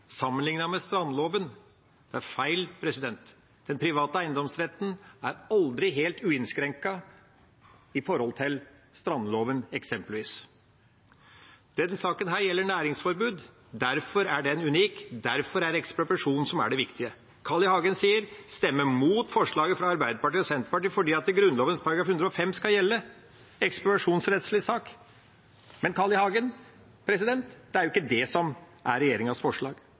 sammenlignet med strandloven. Det er feil. Den private eiendomsretten er aldri helt uinnskrenket i forhold til strandloven – eksempelvis. Denne saken gjelder næringsforbud. Derfor er den unik, derfor er det ekspropriasjon som er det viktige. Til Carl I. Hagen – stemme imot forslaget fra Arbeiderpartiet og Senterpartiet fordi Grunnloven § 105 skal gjelde, ekspropriasjonsrettslig sak. Men til Carl I. Hagen – det er jo ikke det som er regjeringas forslag.